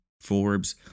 Forbes